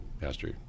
pastor